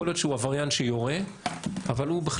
יכול להיות שהוא עבריין שיורה אבל הוא